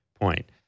point